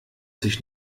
sich